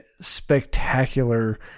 spectacular